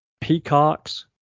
Peacocks